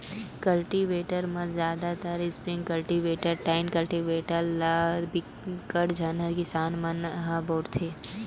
cultivator म जादातर spring cultivator, tine cultivator ल बिकट झन किसान मन ह बउरथे